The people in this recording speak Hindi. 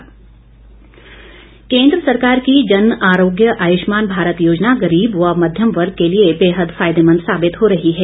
आयुष्मान केंद्र सरकार की जन आरोग्य आयुष्मान भारत योजना गरीब व मध्यम वर्ग के लिए बेहद फायदेमंद साबित हो रही है